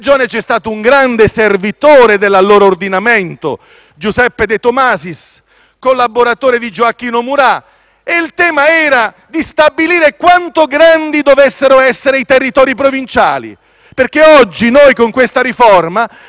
collaboratore di Gioacchino Murat, e il tema era stabilire quanto grandi dovessero essere i territori provinciali. Ebbene, oggi noi, con questa riforma, affronteremo - per converso - anche la grandezza delle circoscrizioni: